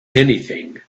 anything